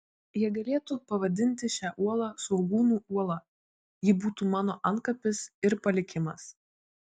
jie galėtų pavadinti šią uolą svogūnų uola ji būtų mano antkapis ir palikimas